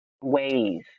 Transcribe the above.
ways